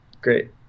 great